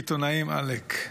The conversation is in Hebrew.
עיתונאים, עלק.